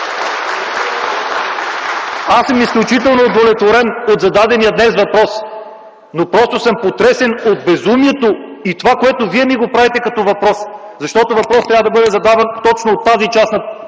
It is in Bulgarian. Аз съм изключително удовлетворен от зададения днес въпрос, но просто съм потресен от безумието и това, което вие ми отправяте като въпрос. Защото въпросът трябва да бъде задаван точно от тази част на